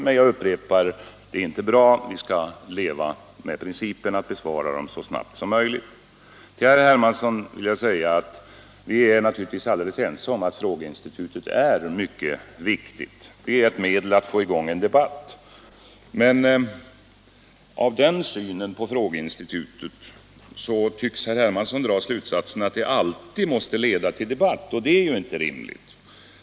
Men jag upprepar att sådana inte är bra. Vi skall tillämpa principen att besvara frågorna så snart som möjligt. Till herr Hermansson vill jag säga att vi naturligtvis är ense om att frågeinstitutet är mycket viktigt. Det är ett medel att få i gång en debatt. Men av den synen på frågeinstitutet tycks herr Hermansson dra den slutsatsen att det alltid måste leda till debatt, och det är inte rimligt.